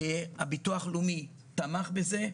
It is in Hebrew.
הביטוח הלאומי תמך בזה,